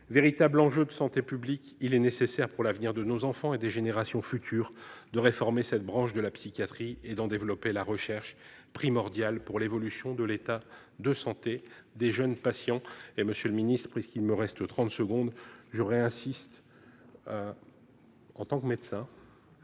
Véritable enjeu de santé publique, il est nécessaire, pour l'avenir de nos enfants et des générations futures, de réformer cette branche de la psychiatrie et d'en développer la recherche, primordiale pour l'évolution de l'état de santé des jeunes patients. Pour conclure, j'insisterai de nouveau, en tant que médecin,